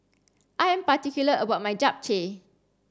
I am particular about my Japchae